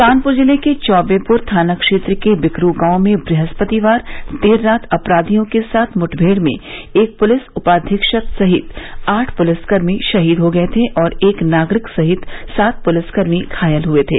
कानपुर जिले के चौबेपुर थाना क्षेत्र के बिकरू गांव में बृहस्पतिवार देर रात अपराधियों के साथ मुठभेड़ में एक पुलिस उपाधीक्षक सहित आठ पुलिसकर्मी शहीद हो गये थे और एक नागरिक सहित सात पुलिसकर्मी घायल हुए थे